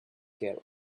care